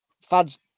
fads